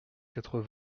quatre